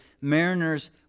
mariners